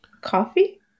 Coffee